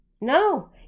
No